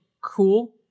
cool